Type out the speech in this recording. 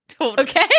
Okay